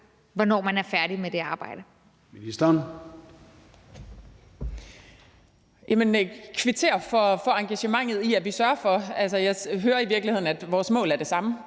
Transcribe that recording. hvornår man er færdig med det arbejde.